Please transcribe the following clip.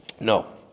No